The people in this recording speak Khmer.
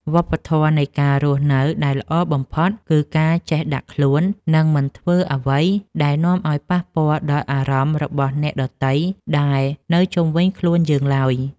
វប្បធម៌នៃការរស់នៅដែលល្អបំផុតគឺការចេះដាក់ខ្លួន និង មិនធ្វើអ្វីដែលនាំឱ្យប៉ះពាល់ដល់អារម្មណ៍របស់អ្នកដទៃដែលនៅជុំវិញខ្លួនយើងឡើយ។